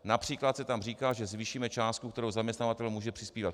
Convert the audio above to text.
Například se tam říká, že zvýšíme částku, kterou zaměstnavatel může přispívat.